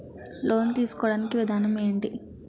Loan తీసుకోడానికి విధానం ఏంటి?